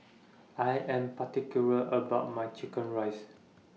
I Am particular about My Chicken Rice